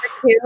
two